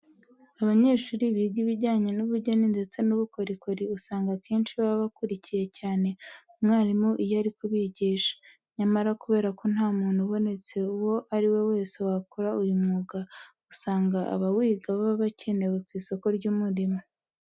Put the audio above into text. Abanyeshuri biga ibijyanye n'ubugeni ndetse n'ubukorikori usanga akenshi baba bakurikiye cyane umwarimu iyo ari kubigisha. Nyamara kubera ko nta muntu ubonetse uwo ari we wese wakora uyu mwuga, usanga abawiga baba bakenewe ku isoko ry'umurimo.